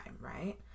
right